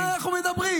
על מה אנחנו מדברים?